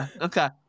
okay